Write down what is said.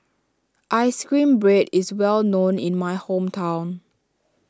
Ice Cream Bread is well known in my hometown